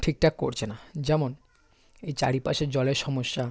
ঠিকঠাক করছে না যেমন এই চারিপাশে জলের সমস্যা